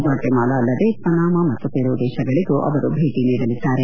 ಗ್ನಾಟೆಮಾಲಾ ಅಲ್ಲದೇ ಪನಾಮ ಮತ್ತು ಪೆರು ದೇಶಗಳಿಗೂ ಅವರು ಭೇಟಿ ನೀಡಲಿದ್ದಾರೆ